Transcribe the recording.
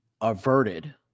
averted